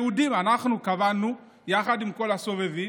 שאנחנו קבענו, היהודים, יחד עם כל הסובבים.